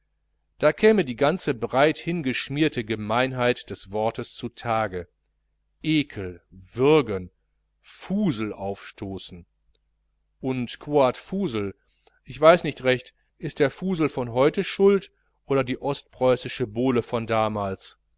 da käme die ganze breit hingeschmierte gemeinheit des wortes zu tage ekel würgen fuselaufstoßen und quoad fusel ich weiß nicht recht ist der fusel von heute schuld oder die ostpreußische bowle von damals